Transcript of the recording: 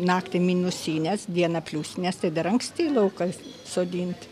naktį minusinės dieną pliusinės tai dar anksti į lauką sodint